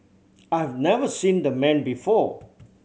I have never seen the man before